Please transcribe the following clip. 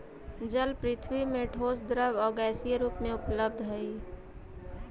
जल पृथ्वी में ठोस द्रव आउ गैसीय रूप में उपलब्ध हई